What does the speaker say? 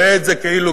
ראה את זה כאילו,